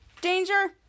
Danger